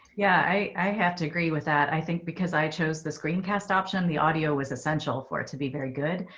yeah, i have to agree with that. i think because i chose this green cast option, the audio was essential for it to be very good.